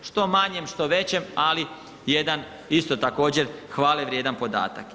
Što manjem, što većem, ali jedan isto također hvale vrijedan podatak.